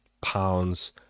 pounds